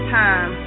time